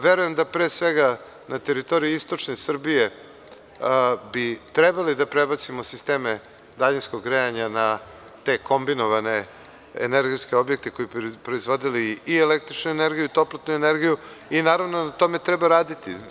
Verujem da na teritoriji istočne Srbije, trebalo bi da prebacimo sisteme daljinskog grejanja na te kombinovane energetske objekte, koji bi proizvodili i električnu energiju i toplotnu energiju i naravno, na tome treba raditi.